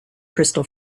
crystal